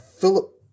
Philip